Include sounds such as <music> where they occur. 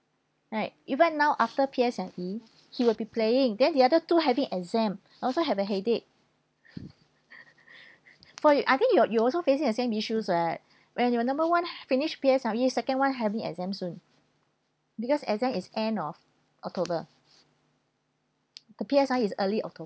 right even now after P_S_L_E he will be playing then the other two having exam <breath> I also have a headache <laughs> <breath> for you I think your you also facing the same issues [what] <breath> when your number one finished P_S_L_E second [one] having exam soon because exam is end of october the P_S_L_E is early october